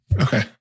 Okay